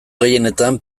gehienetan